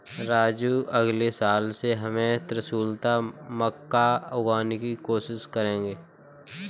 राजू अगले साल से हम त्रिशुलता मक्का उगाने की कोशिश करेंगे